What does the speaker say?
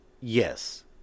yes